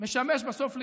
משמש בסוף לייעודו.